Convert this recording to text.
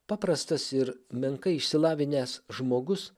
paprastas ir menkai išsilavinęs žmogus